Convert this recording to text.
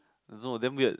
I don't know damn weird